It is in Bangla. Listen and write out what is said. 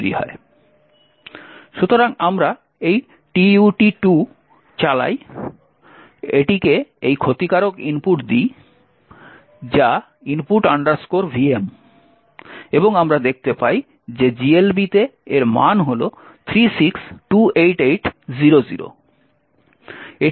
সুতরাং আমরা এই tut2 চালাই এটিকে এই ক্ষতিকারক ইনপুট দিই যা input vm এবং আমরা দেখতে পাই যে GLB তে মান হল 3628800